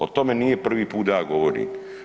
O tome nije prvi put da ja govorim.